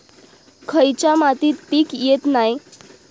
खयच्या मातीत पीक येत नाय?